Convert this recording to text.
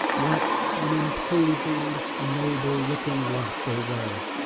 what an imposing, noble looking lot they were.